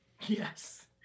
Yes